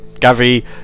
Gavi